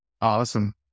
Awesome